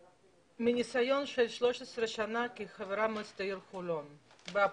מניסיון של 13 שנים כחברת מועצת העיר חולון באופוזיציה,